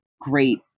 great